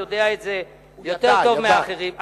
יודע את זה יותר טוב מאחרים.